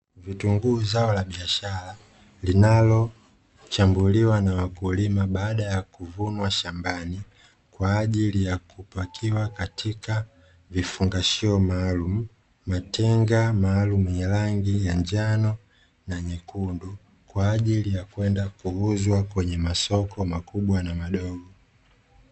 Vitunguu zao la biashara, linalochambuliwa na wakulima baada ya kuvunwa shambani kwa ajili ya kupakiwa katika vifungashio maalumu. Matenga maalumu yenye rangi ya njano na nyekundu kwa ajili ya kwenda kuuzwa kwenye masoko makubwa na madogo.